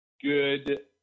good